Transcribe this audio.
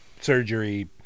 surgery